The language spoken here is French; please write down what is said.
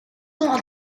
ans